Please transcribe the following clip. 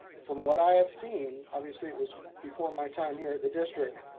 from what i have seen, obviously it was before my time here at the district,